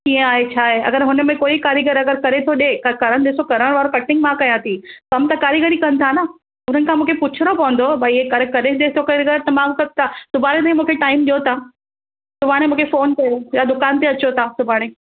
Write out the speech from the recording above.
कीअं आहे छा आहे अगरि उनमें कोई कारीगर अगरि करे थो ॾे कट करण वारो ॾिसो कटिंग मां कयां थी कमु त कारीगर ई कनि था न उन्हनि खां मूंखे पुछणो पवंदो भई हे करे करे ॾे थो करे त मां थो सुभाणे ताईं मूंखे टाइम ॾियो तव्हां सुभाणे मूंखे फोन कयो या दुकान ते अचो तव्हां सुभाणे